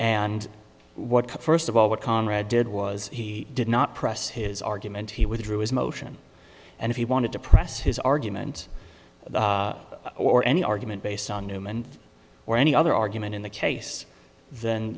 and what first of all what conrad did was he did not press his argument he withdrew his motion and if he wanted to press his argument or any argument based on newman or any other argument in the case then